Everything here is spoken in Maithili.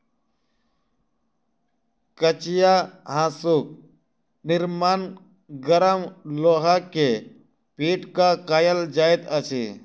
कचिया हाँसूक निर्माण गरम लोहा के पीट क कयल जाइत अछि